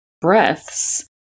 breaths